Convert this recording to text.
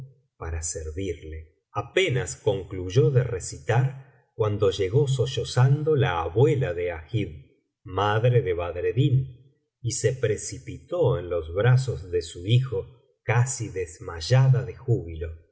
para mrvitlel apenas concluyó de recitar cuando llegó sollozando la abuela de agib madre de badreddin y se precipitó en los brazos de su bijo casi desmayada de júbilo